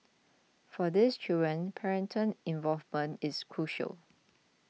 for these children parental involvement is crucial